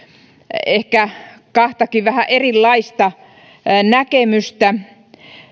ehkä kahtakin vähän erilaista näkemystä